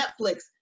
netflix